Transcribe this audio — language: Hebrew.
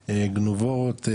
גנובות,